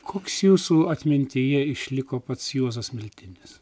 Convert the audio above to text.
koks jūsų atmintyje išliko pats juozas miltinis